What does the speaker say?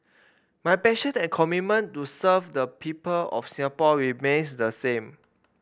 my passion and commitment to serve the people of Singapore remains the same